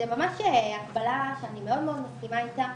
זה ממש הקבלה שאני מאוד מאוד מסכימה איתה,